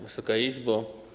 Wysoka Izbo!